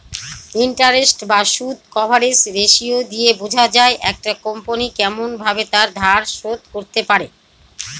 interest বা সুদ coverage ratio দিয়ে বোঝা যায় একটা কোম্পনি কেমন ভাবে তার ধার শোধ করতে পারে